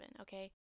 okay